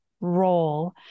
role